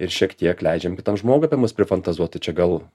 ir šiek tiek leidžiam kitam žmogui apie mus prifantazuot tai čia gal